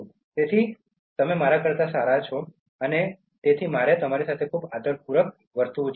તેથી તમે મારા કરતા પણ સારા છો તેથી મારે તમારી સાથે ખૂબ આદરપૂર્વક વર્તવું જોઈએ